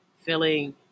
feeling